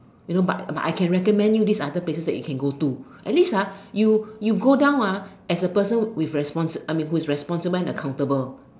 you know but but I can recommend you this other places that you can go to at least ah you you go down ah as person with responsible I mean who's responsible and accountable